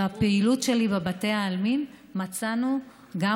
בפעילות שלי בבתי העלמין מצאנו גם